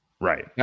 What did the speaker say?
Right